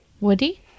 Woody